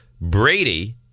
Brady